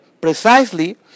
precisely